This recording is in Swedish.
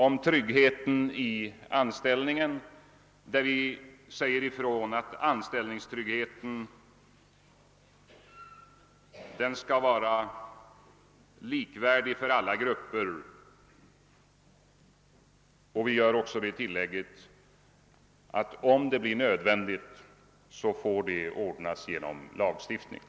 Beträffande anställningstryggheten gör vi tillägget, att om det blir nödvändigt att tillgripa lagstiftning för att åstadkomma den eftersträvade likvärdigheten för alla grupper, så får den vägen beträdas.